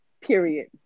Period